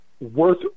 worth